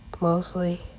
Mostly